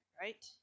right